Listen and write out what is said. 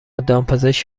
دامپزشک